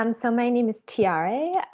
um so my name is tiare.